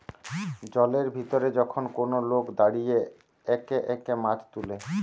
জলের ভিতরে যখন কোন লোক দাঁড়িয়ে একে একে মাছ তুলে